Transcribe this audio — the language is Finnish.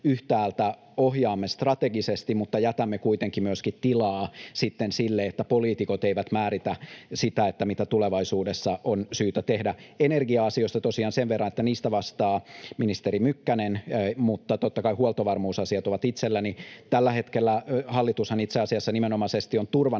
ohjaamme strategisesti mutta jätämme kuitenkin myöskin tilaa sille, että poliitikot eivät määritä sitä, mitä tulevaisuudessa on syytä tehdä. Energia-asioista sen verran, että niistä vastaa ministeri Mykkänen, mutta totta kai huoltovarmuusasiat ovat itselläni. Tällä hetkellä hallitushan itse asiassa nimenomaisesti on turvannut